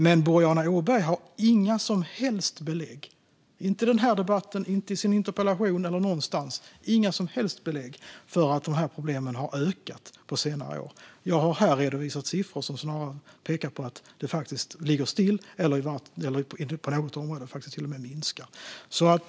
Men Boriana Åberg har inga som helst belägg, varken i den här debatten eller i sin interpellation eller någon annanstans, för att de här problemen har ökat på senare år. Jag har här redovisat siffror som pekar på att det snarare ligger still eller på något område till och med har minskat.